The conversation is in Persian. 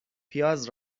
پیاز